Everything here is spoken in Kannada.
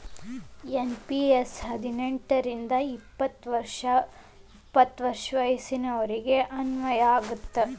ಎನ್.ಪಿ.ಎಸ್ ಹದಿನೆಂಟ್ ರಿಂದ ಎಪ್ಪತ್ ವರ್ಷ ವಯಸ್ಸಿನೋರಿಗೆ ಅನ್ವಯ ಆಗತ್ತ